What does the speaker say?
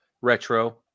retro